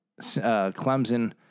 Clemson